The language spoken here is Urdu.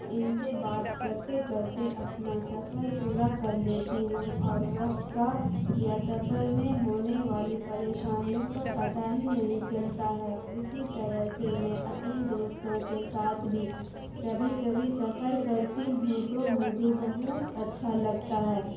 ان سے بات کرتے کرتے اپنا سفر پورا کر لیتی ہوں اور وقت کا یا سفر میں ہونے والی پریشانیوں کا پتا ہی نہیں چلتا ہے اسی طرح سے میں اپنی دوستوں کے ساتھ بھی کبھی کبھی سفر کرتی ہوں تو مجھے بہت اچھا لگتا ہے